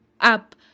up